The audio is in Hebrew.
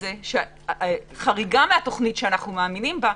כך שחריגה מהתוכנית שאנו מאמינים בה,